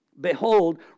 Behold